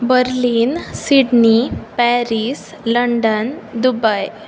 Berlin Sydney Paris London Dubai